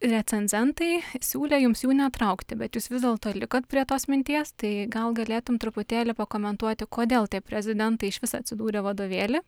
recenzentai siūlė jums jų netraukti bet jūs vis dėlto likot prie tos minties tai gal galėtum truputėlį pakomentuoti kodėl tie prezidentai išvis atsidūrė vadovėly